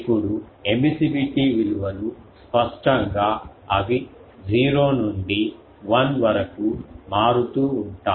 ఇప్పుడు ఏమిసివిటి విలువలు స్పష్టంగా అవి 0 నుండి 1 వరకు మారుతూ ఉంటాయి